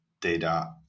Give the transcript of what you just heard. data